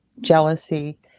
jealousy